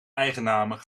eigennamen